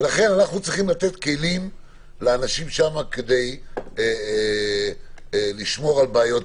לכן אנחנו צריכים לתת כלים לאנשים שם כדי למנוע בעיות.